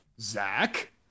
Zach